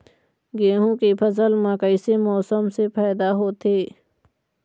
गेहूं के फसल म कइसे मौसम से फायदा होथे?